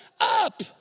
up